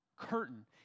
curtain